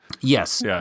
Yes